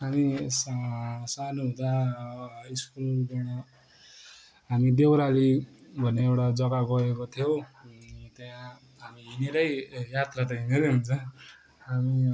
हामी स सानो हुँदा स्कुलबाट हामी देउराली भन्ने एउटा जग्गा गएका थियौँ त्यहाँ हामी हिँडेरै यात्रा त हिँडेरै हुन्छ हामी